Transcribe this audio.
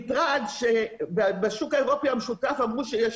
מטרד שבשוק האירופי המשותף אמרו שיש